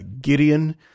Gideon